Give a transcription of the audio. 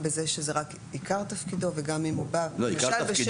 שזה רק עיקר תפקידו וגם אם הוא בא למשל בשם העמותה.